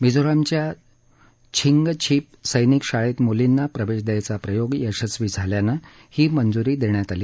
मिझोरामच्या छिंगछीप सैनिक शाळेत मुलींना प्रवेश द्यायचा प्रयोग यशस्वी झाल्यानं ही मंजूरी देण्यात आली